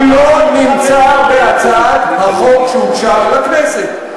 הוא לא נמצא בהצעת החוק שהוגשה לכנסת.